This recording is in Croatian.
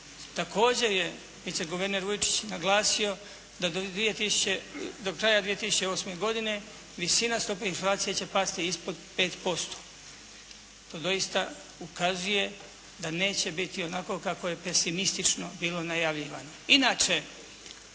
Također je vice guverner Vujičić naglasio da do kraja 2008. godine visina stope inflacije će pasti ispod 5%. To doista ukazuje da neće biti onako kako je pesimistično bilo najavljivano.